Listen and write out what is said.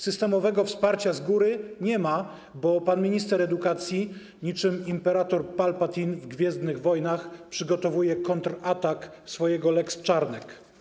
Systemowego wsparcia z góry nie ma, bo pan minister edukacji niczym imperator Palpatine w ˝Gwiezdnych wojnach˝ przygotowuje kontratak swojego lex Czarnek.